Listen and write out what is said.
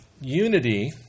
unity